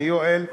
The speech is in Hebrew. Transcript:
מיואל,